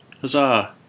Huzzah